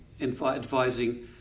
advising